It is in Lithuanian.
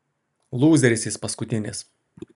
lūzeris jis paskutinis